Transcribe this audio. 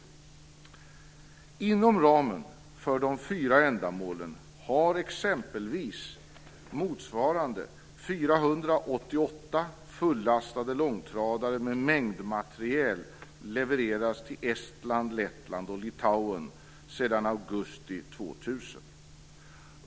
Inom ramen för de fyra ändamålen har exempelvis motsvarande 488 fullastade långtradare med mängdmateriel levererats till Estland, Lettland och Litauen sedan augusti 2000.